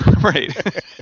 Right